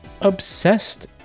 Obsessed